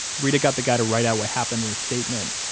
reta got the guy to write out what happened in a statement,